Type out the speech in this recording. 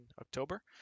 October